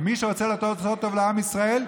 ומי שרוצה לעשות טוב לעם ישראל,